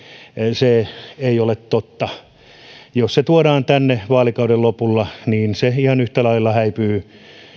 se on totta että jos se tuodaan tänne vaalikauden lopulla niin se ihan yhtä lailla häipyy